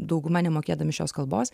dauguma nemokėdami šios kalbos